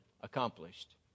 accomplished